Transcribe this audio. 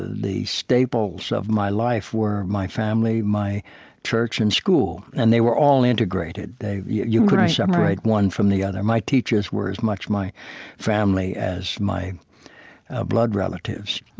the staples of my life were my family, my church, and school. and they were all integrated. they you couldn't separate one from the other. my teachers were as much my family as my blood relatives